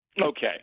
Okay